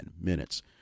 minutes